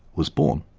was born.